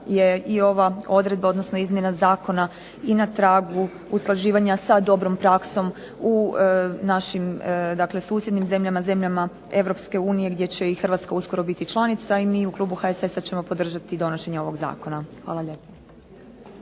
je i ova odredba, odnosno izmjena zakona i na tragu usklađivanja sa dobrom praksom u našim susjednim zemljama, zemljama EU gdje će i Hrvatska uskoro biti članica i mi u klubu HSS-a ćemo podržati donošenje ovog zakona. Hvala lijepo.